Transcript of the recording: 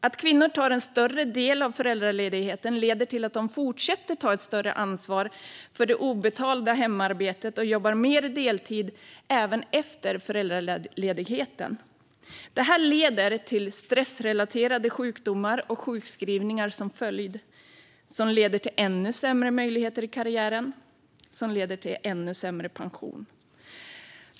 Att kvinnor tar en större del av föräldraledigheten leder till att de fortsätter att ta ett större ansvar för det obetalda hemarbetet och jobbar mer deltid även efter föräldraledigheten. Detta leder till stressrelaterade sjukdomar med sjukskrivningar som följd. Det leder till ännu sämre möjligheter i karriären, vilket i sin tur leder till ännu sämre pension.